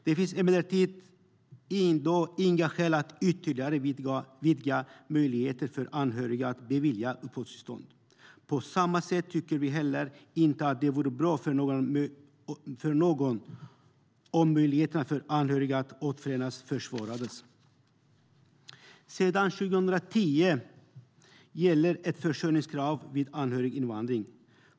Det finns emellertid i dag inga skäl att ytterligare vidga möjligheterna för anhöriga att beviljas uppehållstillstånd. På samma sätt tycker vi inte heller att det vore bra för någon om möjligheterna för anhöriga att återförenas försvårades. Sedan 2010 gäller ett försörjningskrav vid anhöriginvandring.